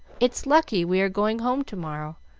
it's lucky we are going home to-morrow,